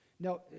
No